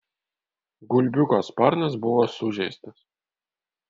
gulbiuko sparnas buvo sužeistas